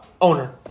owner